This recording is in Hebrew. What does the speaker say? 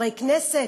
חברי כנסת,